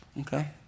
Okay